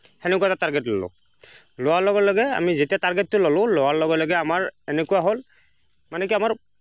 সেনেকুৱা এটা টাৰ্গেত ল'লোঁ লোৱাৰ লগে লগে আমি যেতিয়া টাৰ্গেতটো ল'লোঁ লোৱাৰ লগে লগে আমাৰ এনেকুৱা হ'ল মানে কি আমাৰ